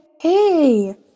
hey